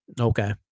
okay